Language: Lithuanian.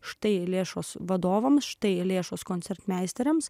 štai lėšos vadovams štai lėšos koncertmeisteriams